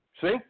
See